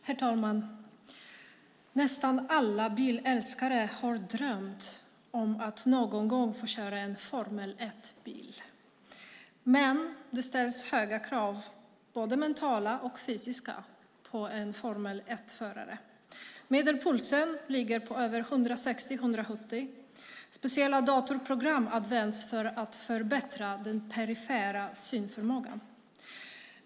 Herr talman! Nästan alla bilälskare har drömt om att någon gång få köra en Formel 1-bil. Men det ställs höga krav, både mentala och fysiska, på en Formel 1-förare. Medelpulsen ligger på över 160-170. Speciella datorprogram används för att förbättra den perifera synförmågan.